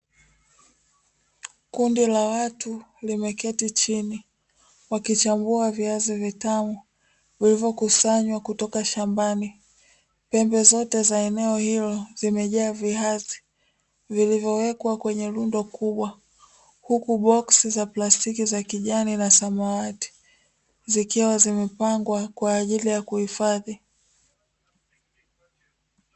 Kundi la watu limeketi chini wakichambua viazi vitamu, vilivyokusanywa kutoka shambani, pembe zote za eneo hilo zimejaa viazi vilivyowekwa kwenye rundo kubwa huku boksi za plastiki za kijani na samawati, zikiwa zimepangwa kwa ajili ya kuhifadhi.